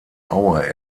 aue